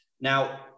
now